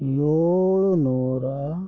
ಏಳು ನೂರ